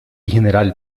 general